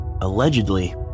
Allegedly